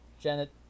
Janet